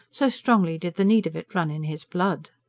so strongly did the need of it run in his blood.